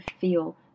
feel